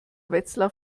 wetzlar